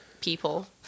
people